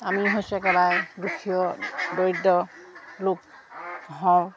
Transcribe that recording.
আমি হৈছোঁ একেবাৰে দুখীয়া দৰিদ্ৰ লোক হওঁ